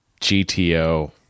GTO